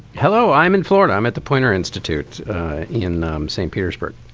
hello. i'm in florida i'm at the poynter institute in st. petersburg.